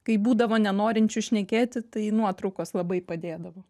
kai būdavo nenorinčių šnekėti tai nuotraukos labai padėdavo